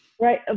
Right